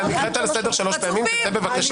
אתה נקראת לסדר שלוש פעמים, צא בבקשה.